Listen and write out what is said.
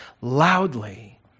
loudly